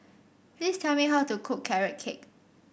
please tell me how to cook Carrot Cake